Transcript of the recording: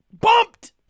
Bumped